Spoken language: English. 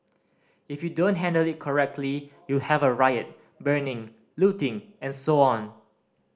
if you don't handle it correctly you'll have a riot burning looting and so on